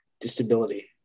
disability